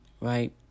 right